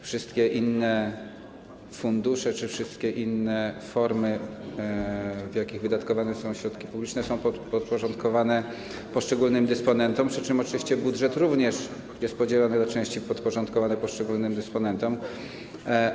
Wszystkie inne fundusze czy wszystkie inne formy, w jakich wydatkowane są środki publiczne, są podporządkowane poszczególnym dysponentom, przy czym oczywiście budżet również jest podzielony na części podporządkowane poszczególnym dysponentom.